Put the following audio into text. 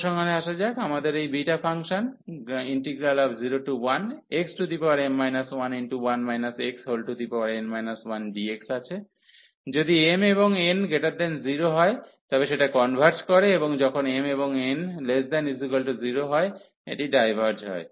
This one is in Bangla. উপসংহারে আসা যাক আমাদের এই beta function 01xm 11 xn 1dx আছে যদি mn0 হয় তবে সেটা কনভার্জ করে এবং যখন mn≤0 হয় এটি ডাইভার্জ হয়